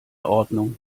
ordnung